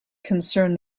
concern